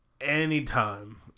anytime